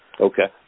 Okay